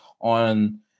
on